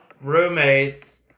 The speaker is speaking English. roommates